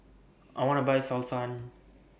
I want to Buy Selsun